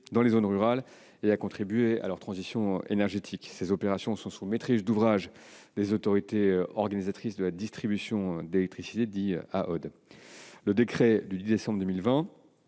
dans les zones rurales et à contribuer à leur transition énergétique. Ces opérations sont sous maîtrise d'ouvrage des autorités organisatrices de la distribution d'électricité (AODE). Le décret du 10 décembre 2020